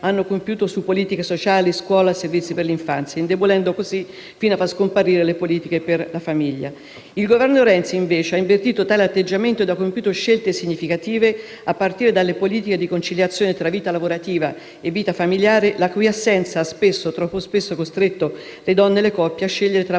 hanno compiuto su politiche sociali, scuola e servizi per l'infanzia, indebolendo così - fino a farle scomparire - le politiche per la famiglia. Il Governo Renzi, invece, ha invertito tale atteggiamento ed ha compiuto scelte significative, a partire dalle politiche di conciliazione tra vita lavorativa e vita familiare, la cui assenza troppo spesso ha costretto le donne e le coppie a scegliere tra